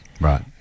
Right